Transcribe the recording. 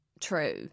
true